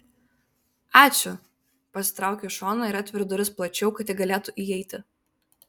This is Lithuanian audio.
ačiū pasitraukiu į šoną ir atveriu duris plačiau kad ji galėtų įeiti